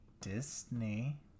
Disney